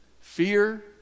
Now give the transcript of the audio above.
fear